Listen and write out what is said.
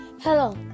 Hello